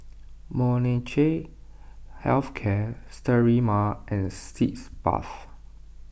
Molnylcke Health Care Sterimar and Sitz Bath